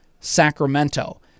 Sacramento